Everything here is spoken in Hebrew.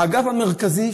האגף המרכזי,